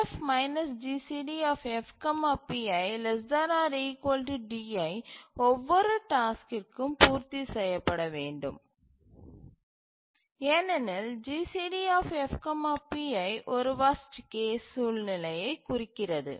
2F GCDF pi ≤ di ஒவ்வொரு டாஸ்க்கிற்கும் பூர்த்தி செய்யப்பட வேண்டும் ஏனெனில் GCD F pi ஒரு வர்ஸ்ட் கேஸ் சூழ்நிலையை குறிக்கிறது